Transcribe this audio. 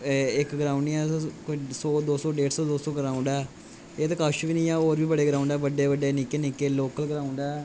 इक ग्रोउड नीं ऐ कोई सौ दो सौ ढेड़ सौ ग्रोउड ऐ एह् ते कश बी नीं ऐ होर बी बड़े ग्रोउड ऐ बड्डे बड्डे निक्के निक्के लोकल